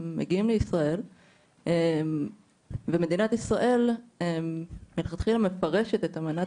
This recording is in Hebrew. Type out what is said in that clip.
הם מגיעים לישראל ומדינת ישראל מלכתחילה מפרשת את אמנת